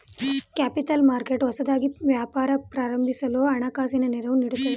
capital market ಹೊಸದಾಗಿ ವ್ಯಾಪಾರ ಪ್ರಾರಂಭಿಸಲು ಹಣಕಾಸಿನ ನೆರವು ನೀಡುತ್ತದೆ